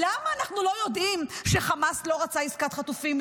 למה אנחנו לא יודעים שחמאס לא רצה עסקת חטופים?